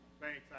Thanks